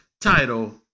title